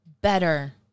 Better